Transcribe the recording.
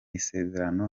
isezerano